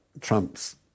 Trump's